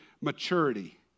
maturity